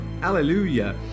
hallelujah